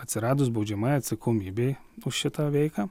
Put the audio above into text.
atsiradus baudžiamajai atsakomybei už šitą veiką